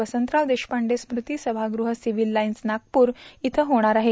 वसंतराव देशपांडे स्मृती सभागृह Civil Lines Nagpur इथं होणार आहे